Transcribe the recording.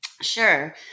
Sure